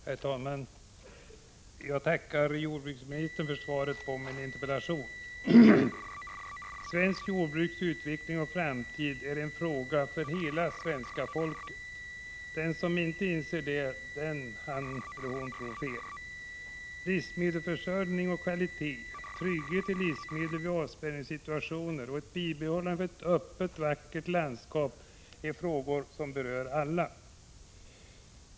Herr talman! Jag tackar jordbruksministern för svaret på min interpellation. Svenskt jordbruks utveckling och framtid är en fråga för hela svenska folket. Livsmedelsförsörjning och livsmedelskvalitet, tryggad livsmedelsförsörjning i avspärrningssituationer och ett bibehållet öppet och vackert landskap är frågor som berör alla.